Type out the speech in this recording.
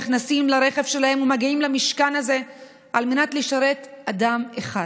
נכנסים לרכב שלהם ומגיעים למשכן הזה על מנת לשרת אדם אחד,